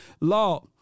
Law